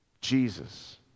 Jesus